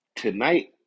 Tonight